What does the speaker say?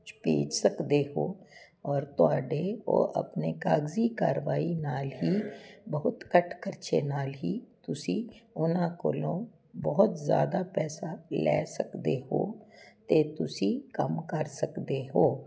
'ਚ ਭੇਜ ਸਕਦੇ ਹੋ ਔਰ ਤੁਹਾਡੇ ਉਹ ਆਪਣੇ ਕਾਗਜ਼ੀ ਕਾਰਵਾਈ ਨਾਲ ਹੀ ਬਹੁਤ ਘੱਟ ਖਰਚੇ ਨਾਲ ਹੀ ਤੁਸੀਂ ਉਹਨਾਂ ਕੋਲੋਂ ਬਹੁਤ ਜ਼ਿਆਦਾ ਪੈਸਾ ਲੈ ਸਕਦੇ ਹੋ ਅਤੇ ਤੁਸੀਂ ਕੰਮ ਕਰ ਸਕਦੇ ਹੋ